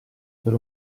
per